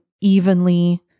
evenly